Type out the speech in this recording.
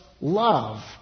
love